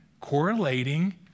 correlating